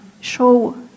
show